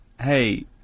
hey